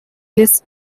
lists